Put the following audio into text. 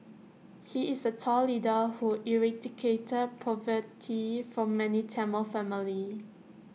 he is A tall leader who eradicated poverty from many Tamil families